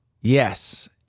yes